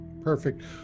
Perfect